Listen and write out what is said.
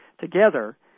together